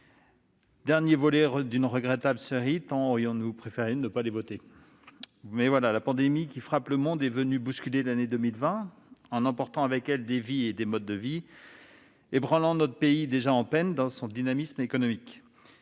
dernier volet d'une regrettable série, tant nous aurions préféré ne pas avoir à les voter. Cependant, la pandémie qui frappe le monde est venue bousculer l'année 2020, en emportant avec elle des vies et des modes de vie, et en ébranlant notre pays déjà en peine dans son dynamisme économique.